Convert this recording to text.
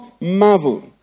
marvel